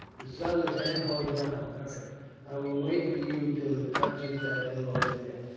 the sun is halfway down, beric i will wait for you till it touches that hill over there.